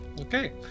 Okay